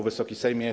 Wysoki Sejmie!